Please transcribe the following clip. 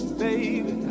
baby